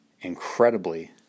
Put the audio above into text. incredibly